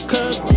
Cause